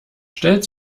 stellt